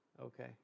Okay